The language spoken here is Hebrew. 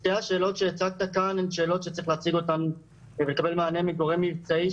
שתי השאלות שהצגת כאן הן שאלות שצריך לקבל מענה עליהן מגורם מבצעי,